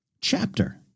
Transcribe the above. chapter